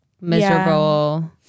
Miserable